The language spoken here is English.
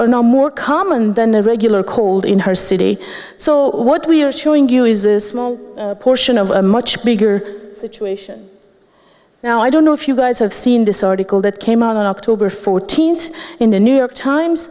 are no more common than a regular cold in her city so what we're showing you is a small portion of a much bigger now i don't know if you guys have seen this article that came out on october fourteenth in the new york times